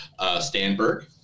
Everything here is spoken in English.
Stanberg